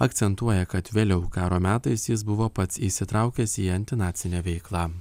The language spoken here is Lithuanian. akcentuoja kad vėliau karo metais jis buvo pats įsitraukęs į antinacinę veiklą